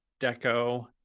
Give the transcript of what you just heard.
deco